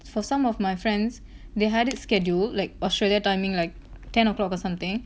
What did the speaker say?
for some of my friends they had it scheduled like australia timing like ten o'clock or something